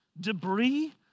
debris